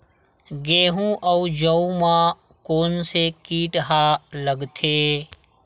गेहूं अउ जौ मा कोन से कीट हा लगथे?